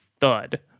thud